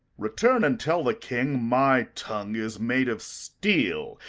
return, and tell the king, my tongue is made of steel,